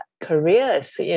careers